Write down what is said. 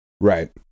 Right